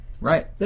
Right